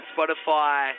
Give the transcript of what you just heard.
Spotify